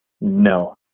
No